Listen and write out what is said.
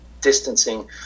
Distancing